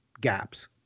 gaps